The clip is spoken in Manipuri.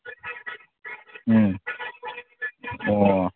ꯎꯝ ꯑꯣ